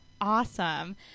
Awesome